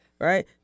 right